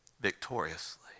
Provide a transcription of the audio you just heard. victoriously